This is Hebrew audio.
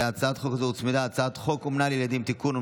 להצעת חוק זו הוצמדה הצעת חוק אומנה לילדים (תיקון,